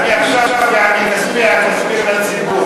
כספי הציבור,